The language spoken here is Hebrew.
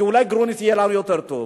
כי אולי גרוניס יהיה לנו יותר טוב.